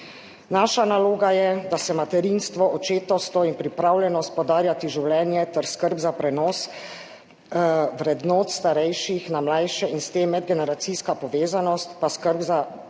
Naša naloga je, da se materinstvo, očetovstvo in pripravljenost podarjati življenje ter skrb za prenos vrednot starejših na mlajše in s tem medgeneracijska povezanost, pa tudi skrb